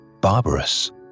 barbarous